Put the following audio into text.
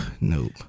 Nope